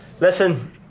Listen